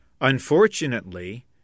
Unfortunately